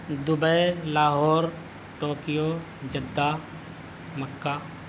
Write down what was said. Dubai Lahore Tokyo Jeddah mecca